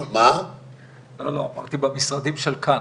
אין לנו פה משהו דרמטי בכלל.